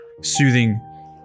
soothing